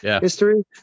history